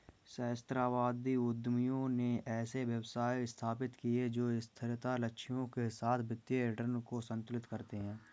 सहस्राब्दी उद्यमियों ने ऐसे व्यवसाय स्थापित किए जो स्थिरता लक्ष्यों के साथ वित्तीय रिटर्न को संतुलित करते हैं